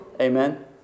Amen